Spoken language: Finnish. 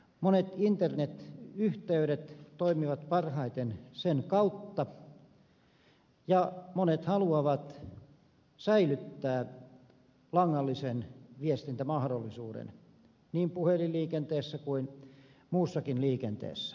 monet internetyhteydet toimivat parhaiten sen kautta ja monet haluavat säilyttää langallisen viestintämahdollisuuden niin puhelinliikenteessä kuin muussakin liikenteessä